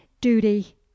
Duty